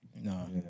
No